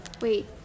Wait